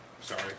sorry